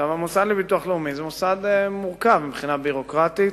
המוסד לביטוח לאומי הוא מוסד מורכב מבחינה ביורוקרטית.